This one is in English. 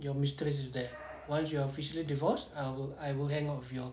your mistress is there once you're officially divorced I will I will hang out with you all